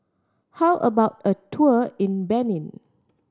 how about a tour in Benin